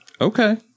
Okay